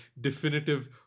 definitive